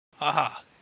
Aha